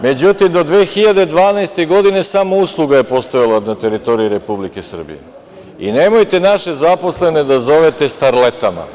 Međutim, do 2012. godine, samo usluga je postojala na teritoriji Republike Srbije, i nemojte naše zaposlene da zovete starletama.